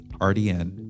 rdn